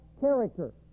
character